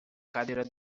cadeira